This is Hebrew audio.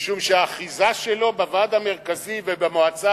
משום שהאחיזה שלו בוועד המרכזי ובמועצה